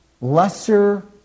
lesser